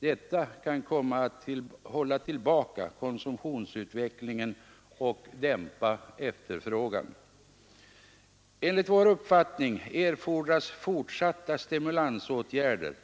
Detta kan komma att hålla tillbaka konsumtionsutvecklingen och dämpa efterfrågan. Enligt vår uppfattning erfordras fortsatta stimulansåtgärder